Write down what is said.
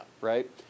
right